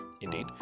indeed